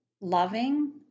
loving